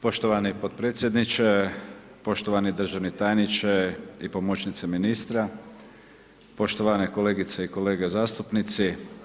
Poštovani potpredsjedniče, poštovani državni tajniče i pomoćnice ministra, poštovane kolegice i kolege zastupnici.